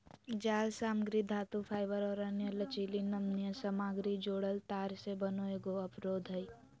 जालसामग्री धातुफाइबर और अन्य लचीली नमनीय सामग्री जोड़ल तार से बना एगो अवरोध हइ